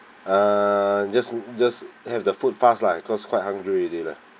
uh just just have the food fast lah because quite hungry alredy lah